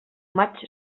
maig